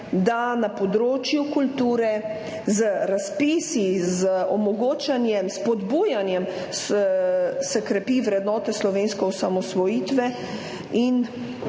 se na področju kulture z razpisi, z omogočanjem, spodbujanjem krepi vrednote slovenske osamosvojitve in,